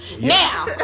Now